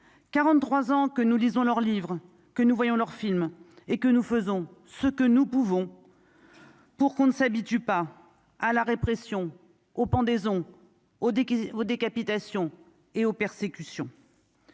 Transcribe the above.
43 ans que nous lisons leur livres que nous voyons leurs films et que nous faisons ce que nous pouvons pour qu'on ne s'habitue pas à la répression au pendaison au déguisé aux décapitations et aux persécutions